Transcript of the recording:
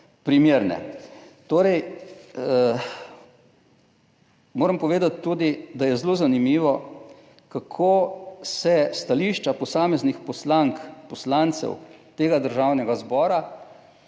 Torej, moram povedati tudi, da je zelo zanimivo, kako se stališča posameznih poslank in poslancev tega Državnega zbora,